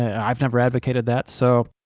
and i've never advocated that, so.